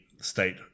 state